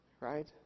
Right